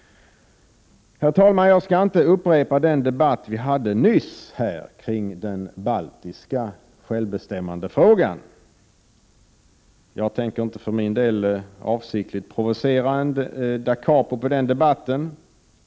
Herr talman! Jag skall inte upprepa den debatt vi hade nyss om den baltiska självbestämmandefrågan. Jag tänker inte avsiktligt provocera fram ett da capo på den debatten.